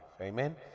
Amen